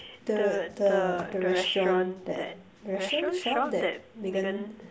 the the the restaurant that restaurant shop that Megan